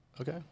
Okay